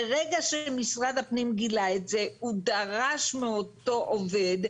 ברגע שמשרד הפנים גילה את זה הוא דרש מאותו עובד,